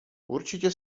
určitě